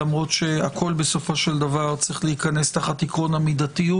למרות שהכול בסופו של דבר צריך להיכנס תחת תיקון המידתיות.